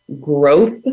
growth